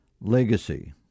legacy